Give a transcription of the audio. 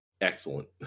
Excellent